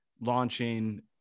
launching